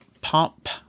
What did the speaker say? pop